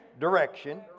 direction